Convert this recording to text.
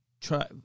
Try